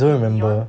in neon